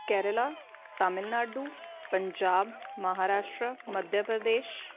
Kerala Tamil Nadu Punjab Maharashtra Madhya Pradesh